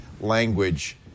language